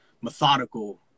methodical